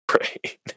Right